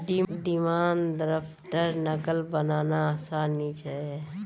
demand draft नक़ल बनाना आसान नि छे